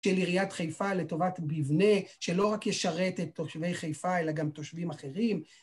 של עיריית חיפה לטובת מבנה, שלא רק ישרת את תושבי חיפה, אלא גם תושבים אחרים...